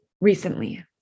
recently